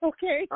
Okay